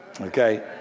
okay